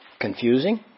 Confusing